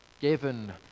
Given